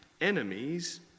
enemies